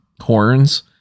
horns